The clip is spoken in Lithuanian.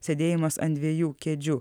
sėdėjimas ant dviejų kėdžių